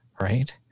right